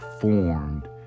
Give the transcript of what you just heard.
formed